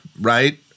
right